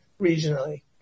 regionally